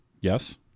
Yes